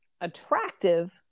attractive